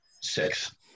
six